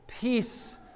Peace